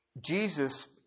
Jesus